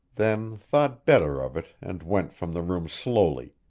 then thought better of it and went from the room slowly,